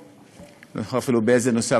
אני לא זוכר אפילו באיזה נושא,